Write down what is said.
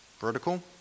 Vertical